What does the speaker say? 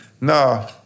No